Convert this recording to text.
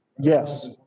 Yes